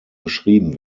beschrieben